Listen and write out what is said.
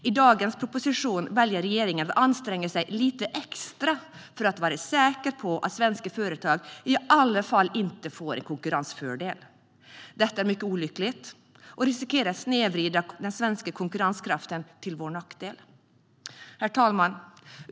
I dagens proposition väljer regeringen att anstränga sig lite extra för att vara säker på att svenska företag i alla fall inte får en konkurrensfördel. Detta är mycket olyckligt och riskerar att snedvrida den svenska konkurrenskraften till vår nackdel. Herr talman!